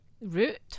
root